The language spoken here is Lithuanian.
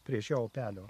prie šio upelio